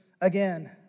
again